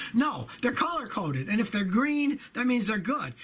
no they're color coded and if they're green that means they're good,